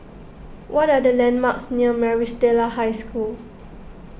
what are the landmarks near Maris Stella High School